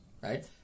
right